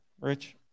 Rich